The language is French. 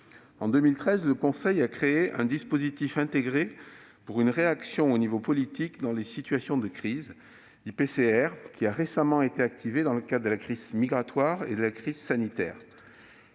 En 2013, le Conseil européen a créé un dispositif intégré pour une réaction au niveau politique dans les situations de crise, dit IPCR, qui a récemment été activé dans le cadre de la crise migratoire et de la crise sanitaire.